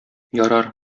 ярар